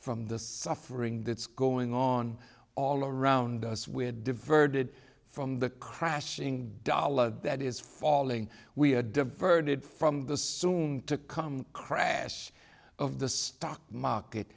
from the suffering that's going on all around us we're diverted from the crashing dollar that is falling we are diverted from the soon to come crash of the stock market